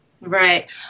Right